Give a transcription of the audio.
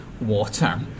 water